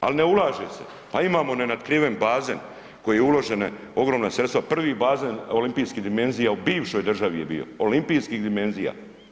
Al ne ulaže se, pa imamo nenadkriven bazen koji je uložena ogromna sredstva, prvi bazen olimpijski dimenzija u bivšoj državi je bio, olimpijskih dimenzija.